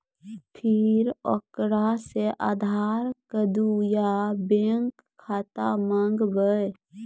फिर ओकरा से आधार कद्दू या बैंक खाता माँगबै?